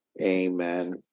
Amen